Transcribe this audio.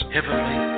Heavenly